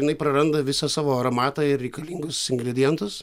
jinai praranda visą savo aromatą ir reikalingus ingredientus